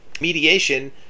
Mediation